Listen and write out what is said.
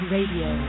Radio